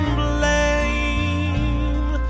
blame